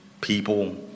people